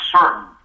certain